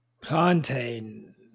plantain